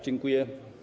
Dziękuję.